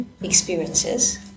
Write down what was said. experiences